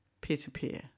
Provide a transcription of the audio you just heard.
peer-to-peer